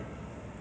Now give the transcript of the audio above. switzerland